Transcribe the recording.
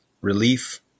relief